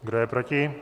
Kdo je proti?